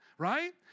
right